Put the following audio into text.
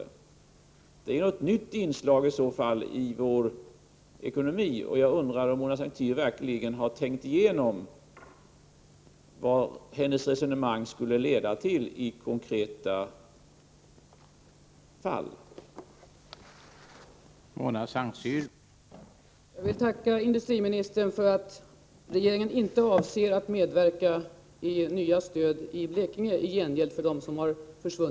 Det vore i så fall ett nytt inslag i vår ekonomi. Jag undrar om Mona Saint Cyr verkligen har tänkt igenom vad hennes resonemang skulle leda till i konkreta fall.